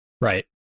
right